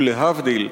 ולהבדיל,